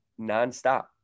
nonstop